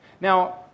Now